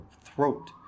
throat